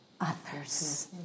others